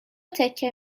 تکه